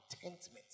contentment